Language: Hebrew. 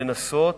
לנסות